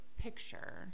picture